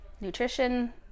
nutrition